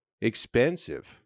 expensive